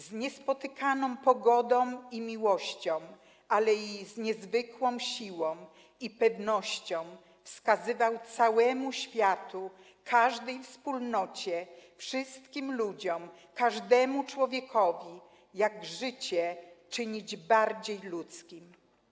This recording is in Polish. Z niespotykaną pogodą i miłością, ale i niezwykłą siłą i pewnością wskazywał całemu światu, każdej wspólnocie, wszystkim ludziom, każdemu człowiekowi, jak życie czynić bardziej ludzkim.